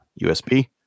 USB